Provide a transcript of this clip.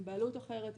עם בעלות אחרת,